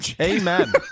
Amen